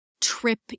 trip